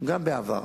גם בעבר,